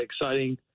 exciting